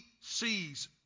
sees